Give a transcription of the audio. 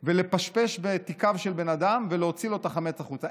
ולפשפש בתיקיו של בן אדם ולהוציא לו את החמץ החוצה.